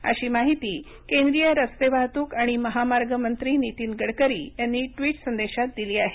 अशी माहिती केंद्रिय रस्ते वाहतूक आणि महामार्ग मंत्री नितीन गडकरी यांनी ट्विट संदेशांत दिली आहे